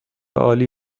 عالی